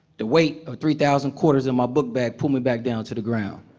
the weight of three thousand quarters in my book bag pulled me back down to the ground.